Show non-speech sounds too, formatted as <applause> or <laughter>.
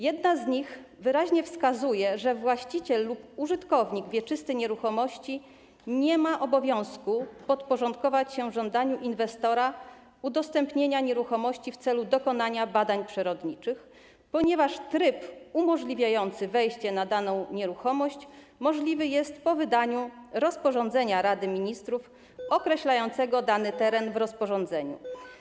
Jeden z nich wyraźnie wskazuje, że właściciel lub użytkownik wieczysty nieruchomości nie ma obowiązku podporządkować się żądaniu inwestora dotyczącemu udostępnienia nieruchomości w celu wykonania badań przyrodniczych, ponieważ tryb umożliwiający wejście na daną nieruchomość możliwy jest po wydaniu rozporządzenia Rady Ministrów <noise> określającego dany teren w rozporządzeniu.